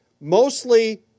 mostly